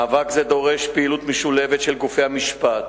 מאבק זה דורש פעילות משולבת של גופי המשפט,